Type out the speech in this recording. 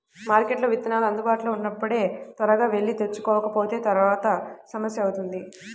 మార్కెట్లో విత్తనాలు అందుబాటులో ఉన్నప్పుడే త్వరగా వెళ్లి తెచ్చుకోకపోతే తర్వాత సమస్య అవుతుంది